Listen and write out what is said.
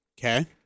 Okay